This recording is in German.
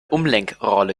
umlenkrolle